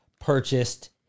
purchased